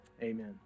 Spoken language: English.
amen